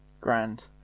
Grand